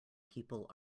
people